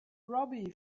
robbie